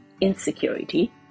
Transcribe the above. insecurity